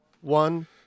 one